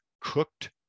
cooked